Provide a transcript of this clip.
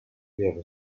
lieve